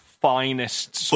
finest